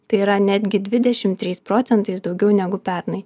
tai yra netgi dvidešimt trys procentais daugiau negu pernai